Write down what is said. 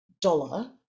dollar